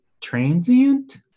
transient